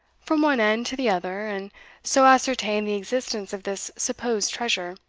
from one end to the other, and so ascertain the existence of this supposed treasure,